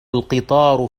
القطار